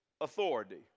authority